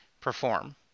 perform